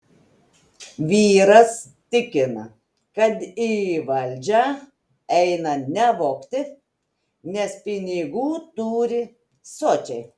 vyras tikina kad į valdžią eina ne vogti nes pinigų turi sočiai